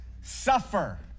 suffer